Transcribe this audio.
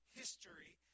history